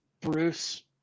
Bruce